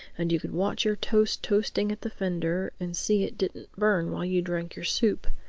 and you could watch your toast toasting at the fender and see it didn't burn while you drank your soup.